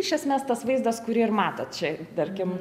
iš esmės tas vaizdas kurį ir matot čia tarkim